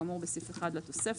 כאמור בסעיף 1 לתוספת,